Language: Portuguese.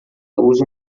usa